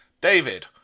David